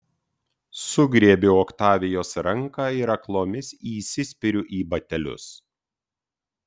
sugriebiu oktavijos ranką ir aklomis įsispiriu į batelius